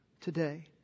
today